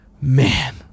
Man